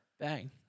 Bang